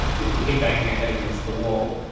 if we keep banging our head against the wall,